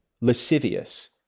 lascivious